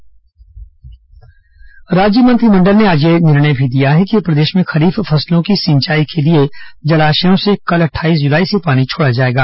खरीफ फसल पानी राज्य मंत्रिमंडल ने आज यह निर्णय भी लिया है कि प्रदेश में खरीफ फसलों की सिंचाई के लिए जलाशयों से कल अट्ठाईस जुलाई से पानी छोड़ा जाएगा